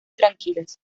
tranquilas